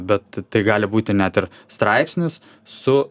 bet tai gali būti net ir straipsnis su